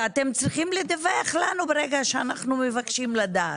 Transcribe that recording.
ואתם צריכים לדווח לנו ברגע שאנחנו מבקשים לדעת.